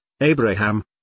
Abraham